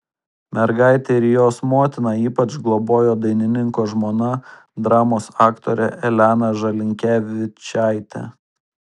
mergaitę ir jos motiną ypač globojo dainininko žmona dramos aktorė elena žalinkevičaitė